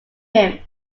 him